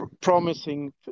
promising